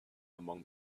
among